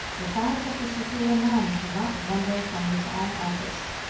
the thoughts of the superior man do not wander from his own office.